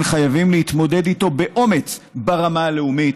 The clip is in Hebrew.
וחייבים להתמודד איתו באומץ ברמה הלאומית,